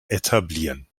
etablieren